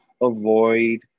avoid